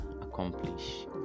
accomplish